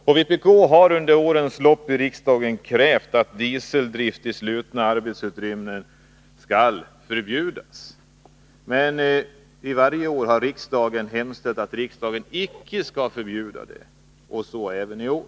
Vpk har i riksdagen under årens lopp krävt att dieseldrift i slutna arbetsutrymmen skall förbjudas. Men varje år har riksdagen hemställt att riksdagen icke skall införa förbud, och så även i år.